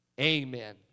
Amen